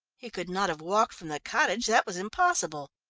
he could not have walked from the cottage that was impossible.